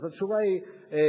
אז התשובה היא לא.